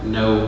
no